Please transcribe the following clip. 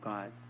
God